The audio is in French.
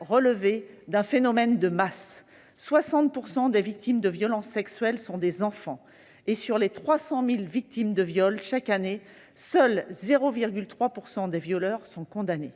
relève d'un phénomène de masse : 60 % des victimes de violences sexuelles sont des enfants. Et, alors que les victimes de viol sont au nombre de 300 000 chaque année, seuls 0,3 % des violeurs sont condamnés.